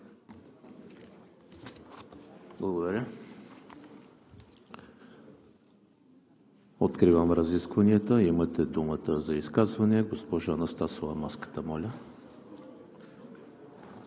Благодаря. Откривам разискванията. Имате думата за изказвания. Госпожо Анастасова – маската, моля!